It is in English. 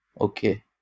Okay